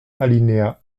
alinéa